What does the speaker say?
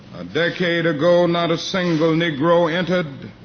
decade ago, not a single negro entered